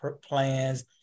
plans